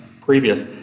previous